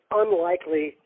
unlikely